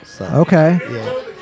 Okay